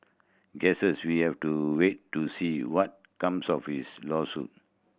guesses we have to wait to see what comes of his lawsuit